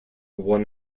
one